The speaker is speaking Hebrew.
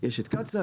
יש את קצא"א,